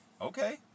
okay